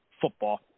football